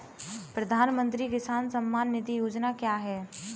प्रधानमंत्री किसान सम्मान निधि योजना क्या है?